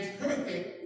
perfect